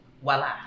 voila